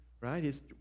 right